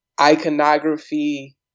iconography